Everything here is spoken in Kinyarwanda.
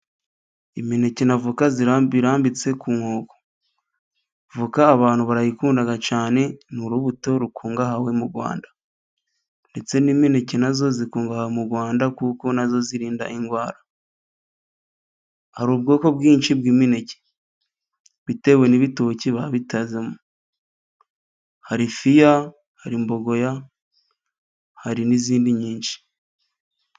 Imineke na avoka birambitse ku nkoko, voka abantu barayikunda cyane ni urubuto rukundwa mu rwanda, imineke nazo zikundwa mu Rwanda kuko nazo zirinda indwara, hari ubwoko bwinshi bw'imineke bitewe n'ibitoki babitazemo, hari fiya, hari imbogoya, hari n'izindi nyinshi.